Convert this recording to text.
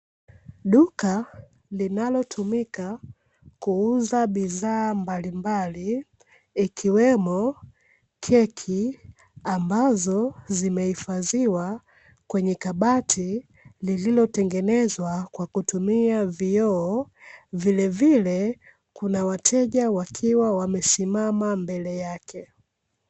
Duka linalotumika kuuza bidhaa mbalimbali ikiwemo keki ambazo zimehifadhiwa kwenye kabati lililotengenezwa kwa kutumia vioo vilevile kuna wateja wakiwa wamesimama mbele yake .